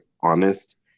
honest